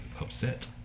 upset